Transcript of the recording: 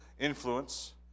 Influence